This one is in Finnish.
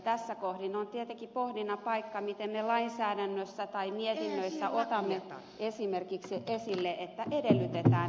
tässä kohdin on tietenkin se pohdinnan paikka miten me lainsäädännössä tai mietinnöissä otamme esimerkiksi esille että edellytetään että se